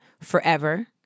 forever